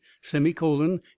semicolon